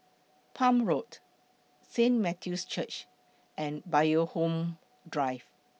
Palm Road Saint Matthew's Church and Bloxhome Drive